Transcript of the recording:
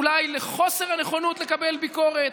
אולי בחוסר הנכונות לקבל ביקורת?